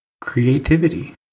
Creativity